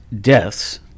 deaths